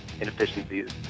inefficiencies